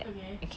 okay